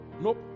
Nope